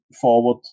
forward